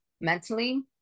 mentally